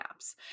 apps